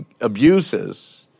abuses